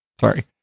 Sorry